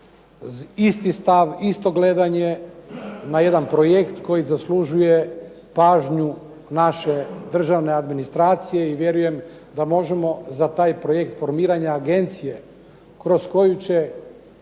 isti stav, isto gledanje na jedan projekt koji zaslužuje pažnju naše državne administracije i vjerujem da možemo za taj projekt formiranja agencije kroz koju će